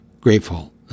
grateful